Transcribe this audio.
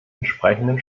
entsprechenden